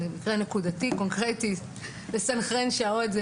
זה מקרה נקודתי וקונקרטי לסנכרן שעות.